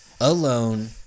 alone